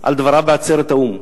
על דבריו בעצרת האו"ם.